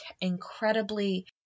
incredibly